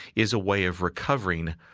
is a way of recovering,